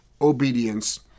obedience